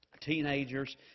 teenagers